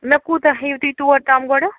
مےٚ کوٗتاہ ہیٚیِو تُہۍ تور تام گۄڈٕ